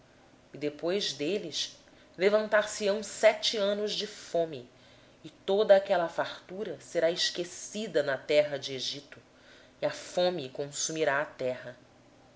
e depois deles levantar se ão sete anos de fome e toda aquela fartura será esquecida na terra do egito e a fome consumirá a terra